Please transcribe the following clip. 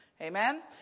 amen